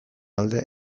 alde